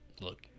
look